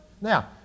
Now